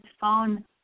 phone